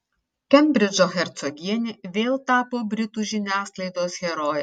kembridžo hercogienė vėl tapo britų žiniasklaidos heroje